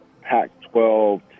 Pac-12